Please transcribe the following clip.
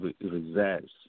reserves